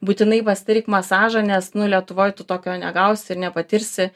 būtinai pasidaryk masažą nes nu lietuvoj tu tokio negausi ir nepatirsi